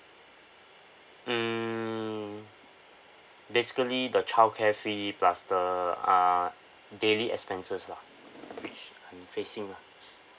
hmm basically the childcare fee plus the uh daily expenses lah which I'm facing lah